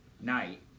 night